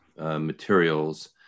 materials